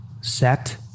set